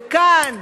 וכאן,